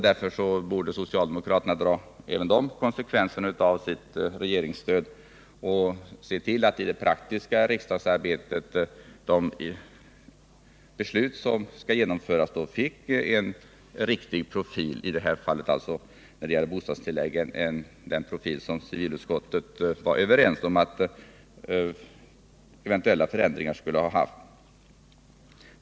Därför borde socialdemokraterna dra konsekvenserna av sitt regeringsstöd och i det praktiska riksdagsarbetet se till att de beslut som skall fattas får en riktig profil — när det gäller bostadstilläggen den profil som civilutskottet var överens om att eventuella förändringar skulle ha.